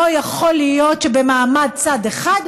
לא יכול להיות שבמעמד צד אחד,